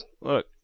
Look